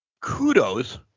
kudos